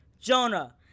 Jonah